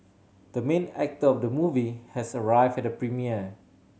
the main actor of the movie has arrived at the premiere